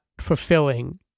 fulfilling